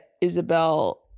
Isabel